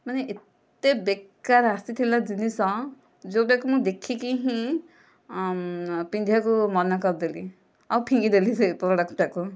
ମାନେ ଏତେ ବେକାର ଆସିଥିଲା ଜିନିଷ ଯେଉଁଟାକୁ ମୁଁ ଦେଖିକି ହିଁ ପିନ୍ଧିବାକୁ ମନା କରିଦେଲି ଆଉ ଫିଙ୍ଗିଦେଲି ସେ ପ୍ରୋଡକ୍ଟଟାକୁ